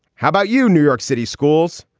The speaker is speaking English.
how about you new york city schools?